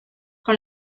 con